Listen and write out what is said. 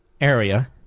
area